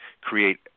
create